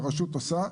שהרשות עושה,